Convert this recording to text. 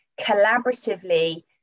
collaboratively